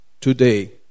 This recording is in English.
today